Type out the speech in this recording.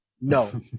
No